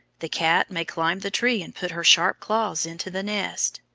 the cat may climb the tree and put her sharp claws into the nest.